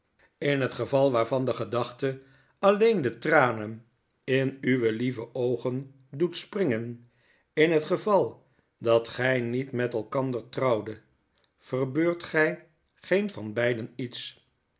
in het geval waarvan de gedachte alleen de tranen in uwe lieve oogen aoet springen in het geval dat gy niet met elkander trouwdet verbeurtgy geen van beiden iets